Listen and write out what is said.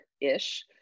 ish